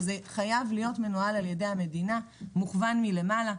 וזה חייב להיות מנוהל על ידי המדינה ומוכוון מלמעלה.